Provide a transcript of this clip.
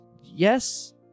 Yes